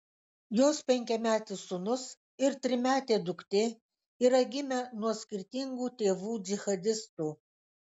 jos penkiametis sūnus ir trimetė duktė yra gimę nuo skirtingų tėvų džihadistų